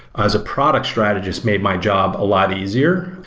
as a product strategist made my job a lot easier,